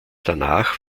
danach